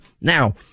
Now